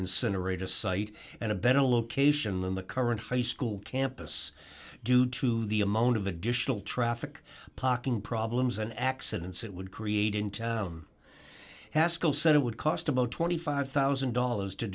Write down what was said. incinerate a site and a better location than the current high school campus due to the amount of additional traffic pocking problems and accidents it would create into haskell said it would cost about twenty five thousand dollars to